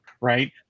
right